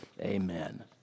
amen